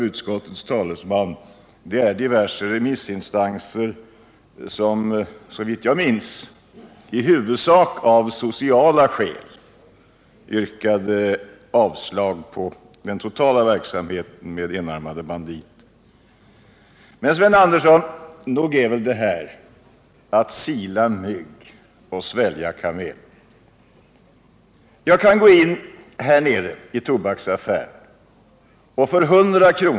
Utskottets talesman åberopade också diverse remissinstanser som såvitt jag minns i huvudsak av sociala skäl var emot den totala verksamheten med enarmade banditer. Men, Sven Andersson, nog är väl det att sila mygg och svälja kameler? Jag kan gå in i tobaksaffären tvärsöver gatan och för 100 kr.